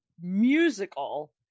musical